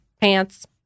pants